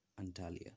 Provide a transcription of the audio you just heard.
Antalya